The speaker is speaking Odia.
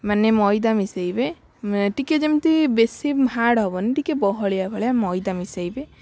ମାନେ ମଇଦା ମିଶାଇବେ ମେ ଟିକେ ଯେମିତି ବେଶୀ ହାର୍ଡ଼ ହେବନି ଟିକେ ବହଳିଆ ଭଳିଆ ମଇଦା ମିଶାଇବେ